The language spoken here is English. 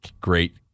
great